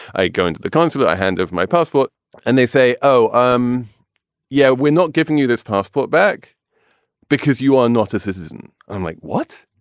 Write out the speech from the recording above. i go into the consulate, i hand off my passport and they say, oh, um yeah, we're not giving you this passport back because you are not a citizen. i'm like, what?